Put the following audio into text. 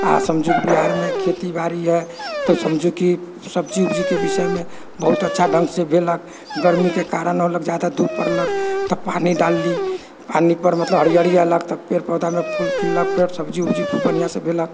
आ समझु बिहारमे खेतीबाड़ी है तऽ समझु कि सब्जी वब्जीके विषयमे बहुत अच्छा ढङ्ग से भेलक गर्मीके कारण होलक जादा धूप पड़लक तऽ पानि डाललीह पानि पर मतलब हरिअरी एलक तऽ पेड़ पौधामे फूल खिललक फेर सब्जी वब्जी खूब बढ़िऑं से भेलक